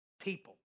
people